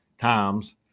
times